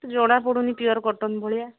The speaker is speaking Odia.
ଜଣା ପଡ଼ୁନି ପିଓର କଟନ୍ ଭଳିଆ